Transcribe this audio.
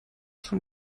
schon